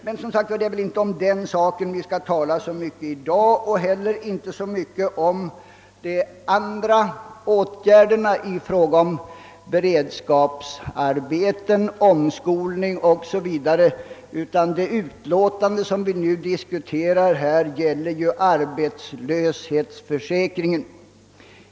Men vi skall som sagt inte i dag tala så mycket om den frågan och inte heller så mycket om de andra åtgärderna mot arbetslösheten, såsom t.ex. beredskapsarbeten och omskolning, eftersom det utlåtande vi nu diskuterar gäller arbetslöshetsförsäkringen.